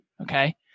okay